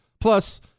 Plus